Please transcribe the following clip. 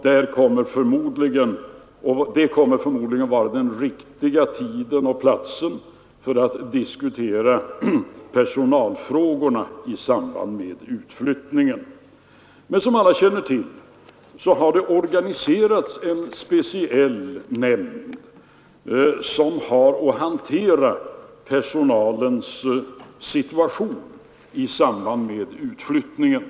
Det kommer förmodligen att vara det rätta tillfället att diskutera personalfrågorna i samband med utflyttningen. Som alla känner till har det organiserats en speciell nämnd som har att hantera personalens situation i samband med utflyttningen.